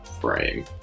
frame